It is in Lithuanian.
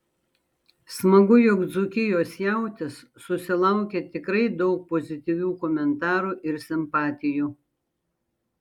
smagu jog dzūkijos jautis susilaukė tikrai daug pozityvių komentarų ir simpatijų